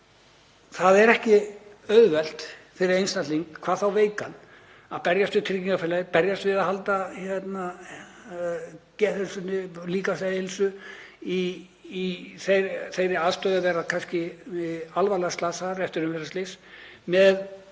Það er ekki auðvelt fyrir einstakling, hvað þá veikan, að berjast við tryggingafélögin, berjast við að halda geðheilsunni, líkamlegri heilsu, í þeirri aðstöðu að vera kannski alvarlega slasaður eftir umferðarslys með